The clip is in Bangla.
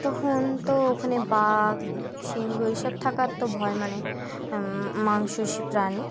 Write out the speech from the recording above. তখন তো ওখানে বাঘ সিংহ এইসব থাকার তো ভয় মানে মাংসাশী প্রাণী